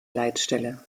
leitstelle